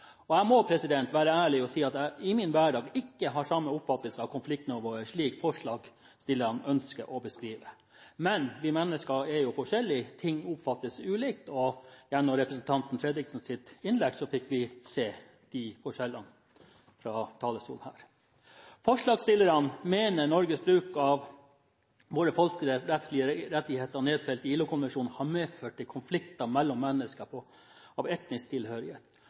konflikter. Jeg må være ærlig og si at jeg i min hverdag ikke har samme oppfattelse av konfliktnivået som det forslagsstillerne ønsker å beskrive. Men vi mennesker er jo forskjellige – ting oppfattes ulikt – og gjennom representanten Fredriksens innlegg fikk vi høre om de forskjellene fra talerstolen her. Forslagsstillerne mener Norges bruk av våre folkerettslige rettigheter som er nedfelt i ILO-konvensjonen, har medført konflikter mellom mennesker på grunn av etnisk tilhørighet.